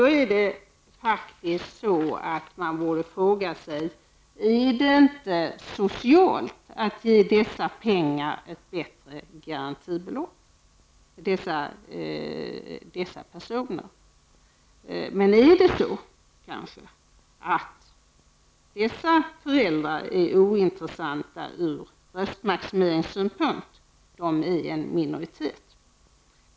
Då borde man fråga sig: Är det inte socialt att ge dessa personer ett bättre garantibelopp? Men det är kanske så att dessa föräldrar är ointressanta ur röstmaximeringssynpunkt. De är en minoritet.